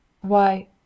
Why